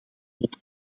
over